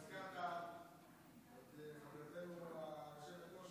אתה הזכרת את חברתנו היושבת-ראש.